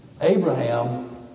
Abraham